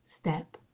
step